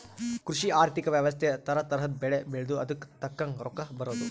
ಕೃಷಿ ಆರ್ಥಿಕ ವ್ಯವಸ್ತೆ ತರ ತರದ್ ಬೆಳೆ ಬೆಳ್ದು ಅದುಕ್ ತಕ್ಕಂಗ್ ರೊಕ್ಕ ಬರೋದು